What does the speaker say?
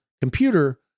computer